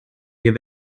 wir